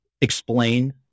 explain